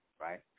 right